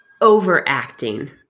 overacting